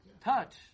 Touch